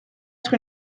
être